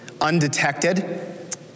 undetected